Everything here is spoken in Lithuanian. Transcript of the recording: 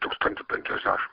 tūkstantį penkiasdešim